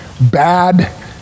bad